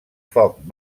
foc